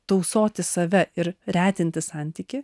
tausoti save ir retinti santykį